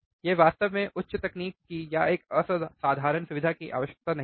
यह वास्तव में उच्च तकनीक की या एक असाधारण सुविधा की आवश्यकता नहीं है